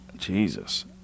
Jesus